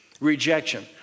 Rejection